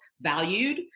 valued